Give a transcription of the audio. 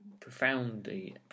profoundly